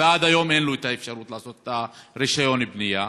ועד היום אין לו אפשרות לעשות את הרישיון לבנייה,